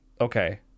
Okay